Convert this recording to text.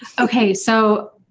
okay, so,